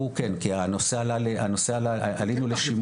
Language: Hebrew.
הוא כן, כי הנושא עלינו לשימוע.